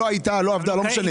לא הייתה, לא עבדה, לא משנה.